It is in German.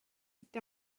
liegt